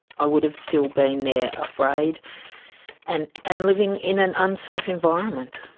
i would've still being there, afraid and and living in an unsafe environment.